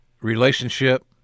relationship